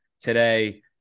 today